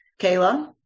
Kayla